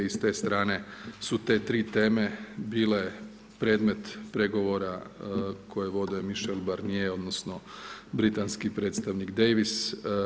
I s te strane su te tri teme bile predmet pregovora koje vode Michael Barnier odnosno britanski predstavnik Davids.